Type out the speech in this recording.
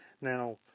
Now